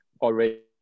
already